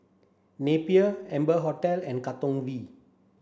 Napier Amber Hotel and Katong V